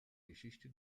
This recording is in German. geschichte